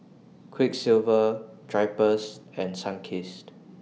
Quiksilver Drypers and Sunkist